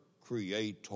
creator